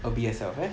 I'll be yourself ah